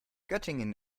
göttingen